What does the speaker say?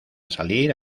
salir